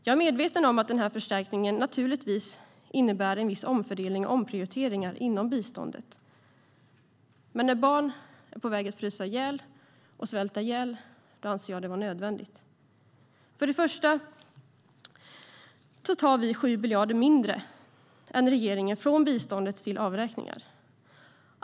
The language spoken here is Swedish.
Jag är medveten om att denna förstärkning innebär vissa omfördelningar och omprioriteringar inom biståndet, men när barn är på väg att frysa ihjäl och svälta ihjäl anser jag det vara nödvändigt. Först och främst tar vi 7 miljarder mindre än regeringen från biståndet till avräkningar.